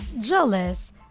jealous